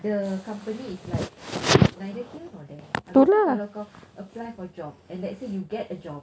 the company is like neither here nor there kalau kau apply for a job and let's say you get a job